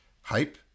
hype